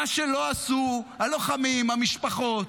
מה שלא עשו הלוחמים, המשפחות,